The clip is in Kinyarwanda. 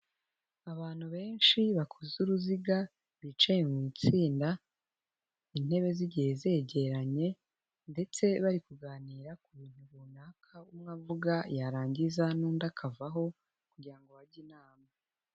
Abantu benshi bakoze uruziga bicaye mu itsinda intebe zigiye zegeranye, ndetse bari kuganira ku bintu runaka umwe avuga yarangiza n'undi akavaho kugira ngo bajye inama.